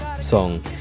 song